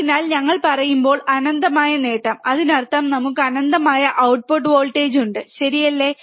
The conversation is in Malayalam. അതിനാൽ ഞങ്ങൾ പറയുമ്പോൾ അനന്തമായ നേട്ടം അതിനർത്ഥം നമുക്ക് അനന്തമായ ഔട്ട്പുട്ട് വോൾട്ടേജ് ഉണ്ട് ശരിയല്ലേ